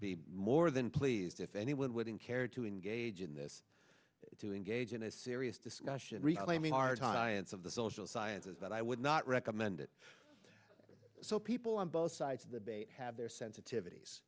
be more than pleased if anyone wouldn't care to engage in this to engage in a serious discussion reclaiming our tyrants of the social sciences that i would not recommend it so people on both sides of the bait have their sensitivities